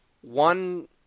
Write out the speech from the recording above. One